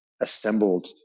assembled